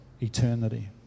eternity